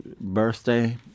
birthday